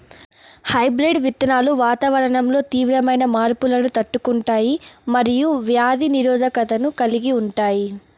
hybrid విత్తనాలు వాతావరణంలో తీవ్రమైన మార్పులను తట్టుకుంటాయి మరియు వ్యాధి నిరోధకతను కలిగి ఉంటాయి